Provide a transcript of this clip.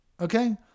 Okay